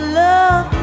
love